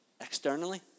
Externally